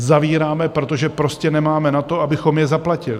Zavíráme, protože prostě nemáme na to, abychom je zaplatili.